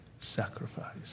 sacrifice